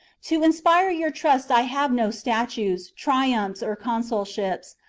to inspire your trust i have no statues, triumphs, or consulships,